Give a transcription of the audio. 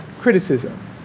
criticism